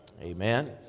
amen